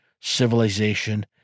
civilization